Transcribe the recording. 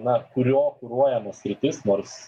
na kurio kuruojama sritis nors